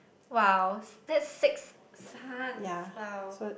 !wow! that's six sons !wow!